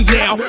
now